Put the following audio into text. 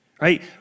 right